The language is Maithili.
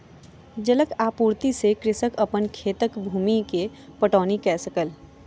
जलक आपूर्ति से कृषक अपन खेतक भूमि के पटौनी कअ सकल